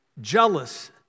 jealous